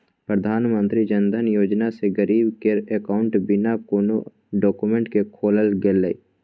प्रधानमंत्री जनधन योजना सँ गरीब केर अकाउंट बिना कोनो डाक्यूमेंट केँ खोलल गेलै